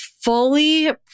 fully